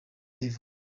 level